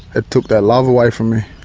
it took that love away from me,